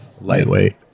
lightweight